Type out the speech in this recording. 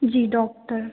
जी doctor